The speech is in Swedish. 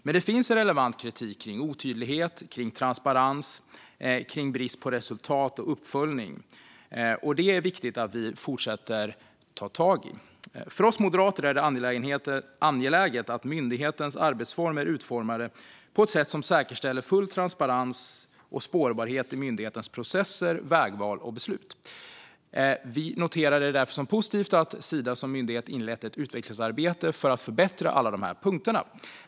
Men det finns en relevant kritik kring otydlighet, transparens och brist på resultat och uppföljning, och det är det viktigt att vi fortsätter att ta tag i. För oss moderater är det angeläget att myndighetens arbetsformer är utformade på ett sätt som säkerställer full transparens och spårbarhet i myndighetens processer, vägval och beslut. Vi ser det därför som positivt att Sida som myndighet har inlett ett utvecklingsarbete för att förbättra alla de här punkterna.